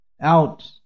out